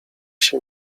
się